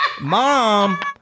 Mom